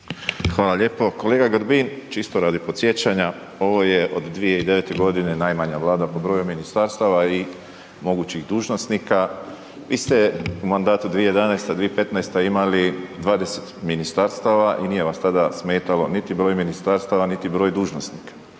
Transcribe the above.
Hvala lijepo. Kolega Grbin, čisto radi podsjećanja, ovo je od 2009. g. najmanja Vlada po broju ministarstava i mogućih dužnosnika. Vi ste u mandatu 2011.-2015. imali 20 ministarstava i nije vas tada smetalo niti broj ministarstava niti broj dužnosnika.